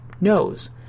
knows